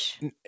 No